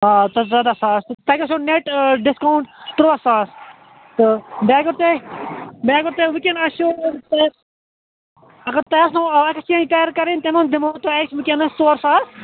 آ ژۅداہ ساس تۄہہِ گَژھنو نیٚٹ ڈِسکاوُنٛٹ تُرٛواہ ساس تہٕ بیٚیہِ اگر تۄہہِ بیٚیہِ اگر تۄہہِ وُنکٮ۪ن آسٮ۪و اگر تۄہہِ آسنو ایٚکسچینٛج کَرٕنۍ تِمَن دِمہو تۄہہِ أسۍ وُنکٮ۪نَس ژور ساس